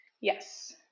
Yes